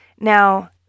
Now